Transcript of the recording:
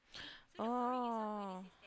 oh